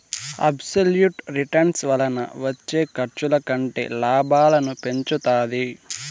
absolute return వలన వచ్చే ఖర్చుల కంటే లాభాలను పెంచుతాది